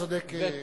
צודק,